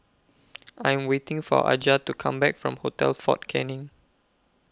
I Am waiting For Aja to Come Back from Hotel Fort Canning